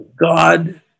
God